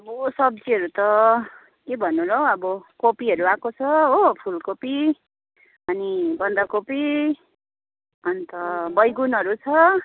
अब सब्जीहरू त के भन्नु र हो अब कोपीहरू आएको छ हो फुलकोपी अनि बन्दाकोपी अन्त बैगुनहरू छ